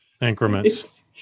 increments